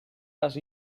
les